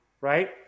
right